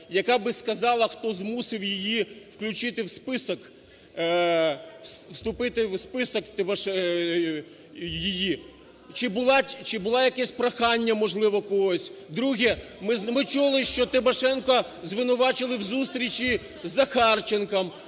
яка би сказала, хто змусив її включити в список, вступити в список її. Чи було якесь прохання, можливо, когось. Друге. Ми чули, що Тимошенко звинувачували в зустрічі з Захарченком.